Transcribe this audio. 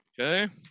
okay